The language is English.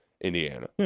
Indiana